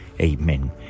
Amen